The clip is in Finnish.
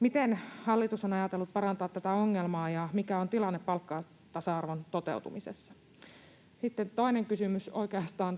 Miten hallitus on ajatellut parantaa tätä ongelmaa, ja mikä on tilanne palkkatasa-arvon toteutumisessa? Sitten toinen kysymys